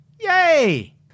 Yay